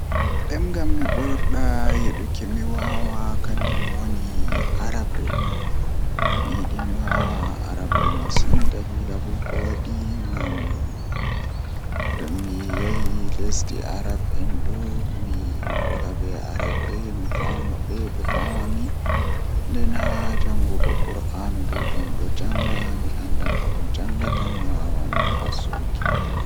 Demngal mi burdaa yiduki mi waawa kanjum woni arabre, mi yidi mi waawa arabre masin ngam bo kowadi tomi yahi lesde arab en do mi wolwa be arabre mi faama be be faama mi nden haa jangugo qur'anu bo tomi don janga mi anda ko mi jangata nden mi waawan fassurki.